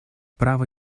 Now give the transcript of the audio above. право